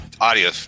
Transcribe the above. audio